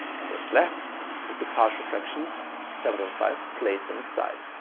and what's left is the partial fraction seven over five placed on its side.